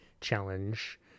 challenge